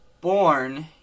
born